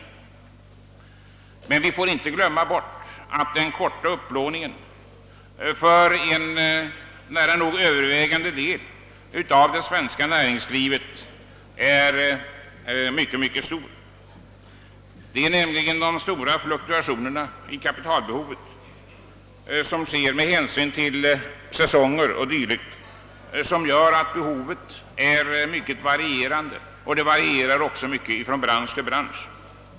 Vi får emellertid inte glömma bort att behovet av kort upplåning för en övervägande del av det svenska näringslivet är mycket stort. De stora fluktuationerna med hänsyn till säsonger o.d. gör nämligen kapitalbehovet mycket varierande, och det skiftar också mycket från bransch till bransch.